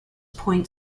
point